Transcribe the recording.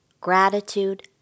gratitude